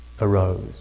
arose